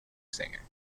singer